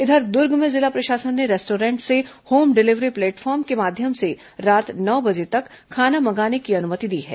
इधर दुर्ग में जिला प्रशासन ने रेस्टॉरेंट से होम डिलीवरी प्लेटफॉर्म के माध्यम से रात नौ बजे तक खाना मंगाने की अनुमति दी है